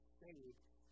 saved